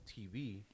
TV